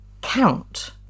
count